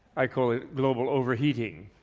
i call it global overheating.